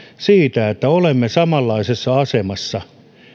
siitä että olemme tässä yhteiskunnassa samanlaisessa asemassa